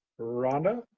rhonda